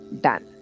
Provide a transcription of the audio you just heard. done